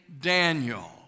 Daniel